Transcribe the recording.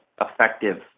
effective